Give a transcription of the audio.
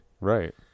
Right